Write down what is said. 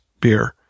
beer